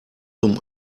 zum